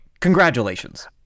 Congratulations